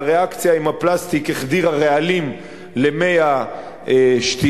והריאקציה עם הפלסטיק החדירה רעלים למי השתייה,